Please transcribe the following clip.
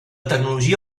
tecnologia